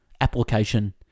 Application